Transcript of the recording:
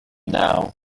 now